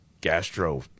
gastro